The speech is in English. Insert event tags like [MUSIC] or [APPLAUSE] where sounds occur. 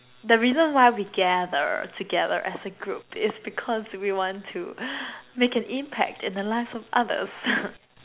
the reason why we gather together as a group is because we want to make an impact on the lives of others [LAUGHS]